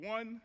One